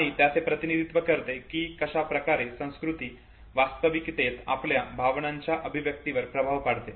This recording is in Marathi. आणि हे त्याचे प्रतिनिधित्व करते की कशा प्रकारे संस्कृती वास्तविकतेत आपल्या भावनांच्या अभिव्यक्तीवर प्रभाव पाडते